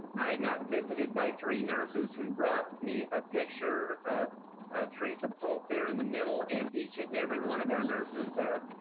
i got visited by three nurses who brought me a picture of teresa polk there in the middle and each and every one of our nurses are